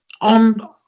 on